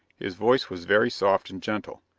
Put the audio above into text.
his voice was very soft and gentle,